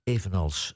Evenals